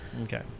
Okay